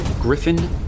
griffin